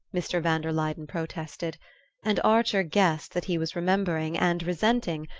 mr. van der luyden protested and archer guessed that he was remembering, and resenting,